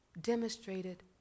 demonstrated